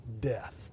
death